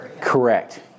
Correct